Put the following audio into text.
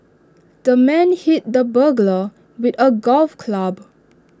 the man hit the burglar with A golf club